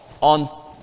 on